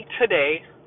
today